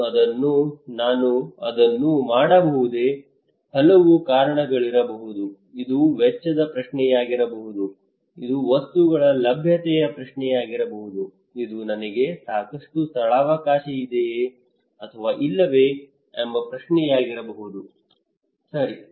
ನಾನು ಅದನ್ನು ನಾನು ಅದನ್ನು ಮಾಡಬಹುದೇ ಹಲವು ಕಾರಣಗಳಿರಬಹುದು ಇದು ವೆಚ್ಚದ ಪ್ರಶ್ನೆಯಾಗಿರಬಹುದು ಇದು ವಸ್ತುಗಳ ಲಭ್ಯತೆಯ ಪ್ರಶ್ನೆಯಾಗಿರಬಹುದು ಇದು ನನಗೆ ಸಾಕಷ್ಟು ಸ್ಥಳಾವಕಾಶವಿದೆಯೇ ಅಥವಾ ಇಲ್ಲವೇ ಎಂಬ ಪ್ರಶ್ನೆಯಾಗಿರಬಹುದು ಸರಿ